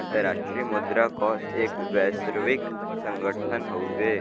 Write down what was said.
अंतराष्ट्रीय मुद्रा कोष एक वैश्विक संगठन हउवे